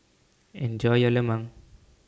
Enjoy your Lemang